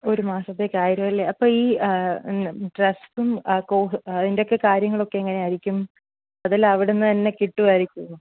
ഒരു മാസത്തേക്ക് ആയിരം അല്ലേ അപ്പം ഈ ഡ്രസ്സും കോ അതിൻറെ ഒക്കെ കാര്യങ്ങളൊക്കെ എങ്ങനെ ആയിരിക്കും അതെല്ലാം അവിടുന്ന് തന്നെ കിട്ടുമായിരിക്കുമോ